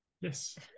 yes